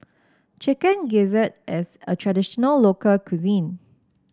Chicken Gizzard is a traditional local cuisine